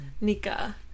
Nika